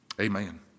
Amen